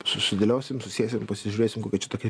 susidėliosim susėsim pasižiūrėsim kokia čia tokia